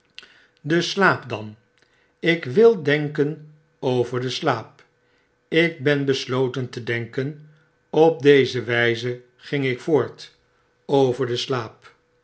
de slaap dan ik wil denken over den slaap ik ben besloten te denken op deze wyzeging ik voort over den slaap